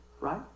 right